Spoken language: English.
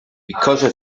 because